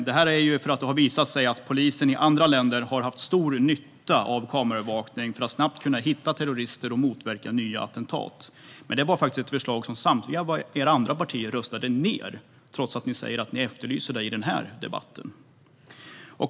Det har ju visat sig att polisen i andra länder har haft stor nytta av kameraövervakning för att snabbt hitta terrorister och motverka nya attentat. Detta förslag röstades ned av samtliga andra partier, trots att ni i den här debatten säger att ni efterlyser det.